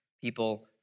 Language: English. people